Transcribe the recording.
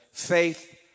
Faith